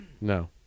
No